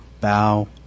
bow